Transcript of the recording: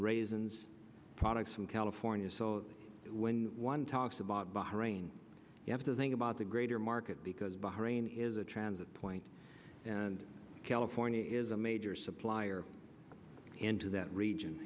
raisins products from california so when one talks about bahrain you have to think about the greater market because behind it is a transit point and california is a major supplier into that region